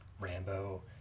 Rambo